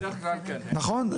נכון?